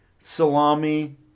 Salami